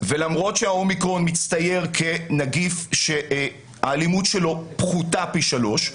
ולמרות שה-אומיקרון מצטייר כנגיף שהאלימות שלו פחותה פי שלוש,